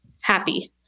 happy